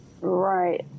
Right